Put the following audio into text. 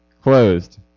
Closed